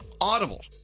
Audible